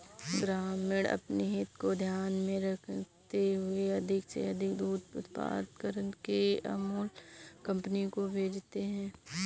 ग्रामीण अपनी हित को ध्यान में रखते हुए अधिक से अधिक दूध उत्पादन करके अमूल कंपनी को भेजते हैं